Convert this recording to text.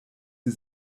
sie